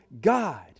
God